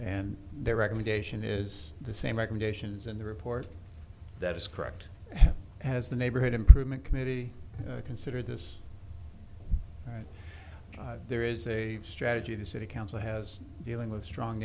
and their recommendation is the same recommendations and the report that is correct has the neighborhood improvement committee consider this right there is a strategy the city council has dealing with strong